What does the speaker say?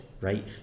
right